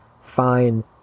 fine